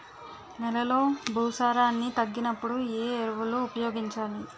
నెలలో భూసారాన్ని తగ్గినప్పుడు, ఏ ఎరువులు ఉపయోగించాలి?